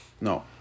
No